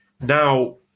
now